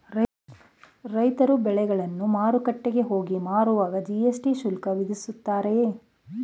ರೈತರು ಬೆಳೆಯನ್ನು ಮಾರುಕಟ್ಟೆಗೆ ಹೋಗಿ ಮಾರುವಾಗ ಜಿ.ಎಸ್.ಟಿ ಶುಲ್ಕ ವಿಧಿಸುತ್ತಾರೆಯೇ?